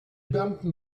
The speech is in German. beamten